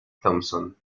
thompson